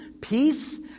peace